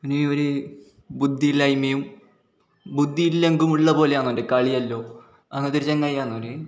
ഒന് ഒരു ബുദ്ധി ഇല്ലായ്മയും ബുദ്ധി ഇല്ലെങ്കു ഉള്ളത് പോലെയാണ് ഓൻ്റെ കളിയെല്ലം അങ്ങനത്തെ ഒരു ചങ്ങാതി ആണ് ഓന്